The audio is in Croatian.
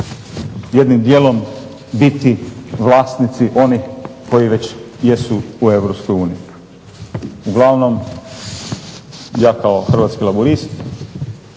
jednim dijelom biti vlasnici onih koji već jesu u Europskoj uniji. Uglavnom, ja kao hrvatski laburist